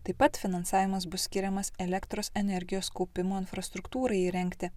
taip pat finansavimas bus skiriamas elektros energijos kaupimo infrastruktūrai įrengti